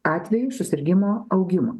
atvejų susirgimo augimą